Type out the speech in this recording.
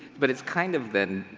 but it's kind of been,